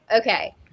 Okay